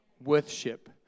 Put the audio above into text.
Worship